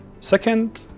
Second